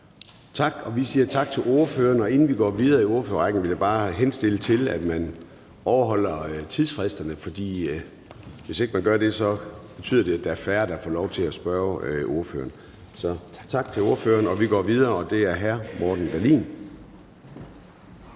Tak. Og vi siger tak til ordføreren. Inden vi går videre i ordførerrækken, vil jeg bare henstille til, at man overholder taletiderne, for hvis ikke man gør det, betyder det, at der er færre, der får lov til at spørge ordførerne. Så er det hr. Morten Dahlin. Kl.